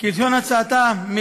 כלשון הצעתה לסדר-היום,